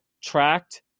tracked